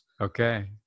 Okay